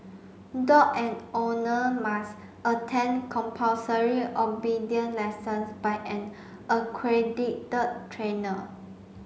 dog and owner must attend compulsory obedience lessons by an accredited trainer